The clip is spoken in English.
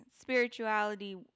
spirituality